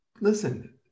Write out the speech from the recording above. listen